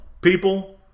people